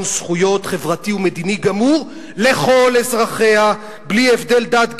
זכויות חברתי ומדיני גמור לכל אזרחיה בלי הבדל דת,